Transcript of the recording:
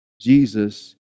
Jesus